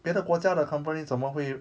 别的国家的 company 怎么会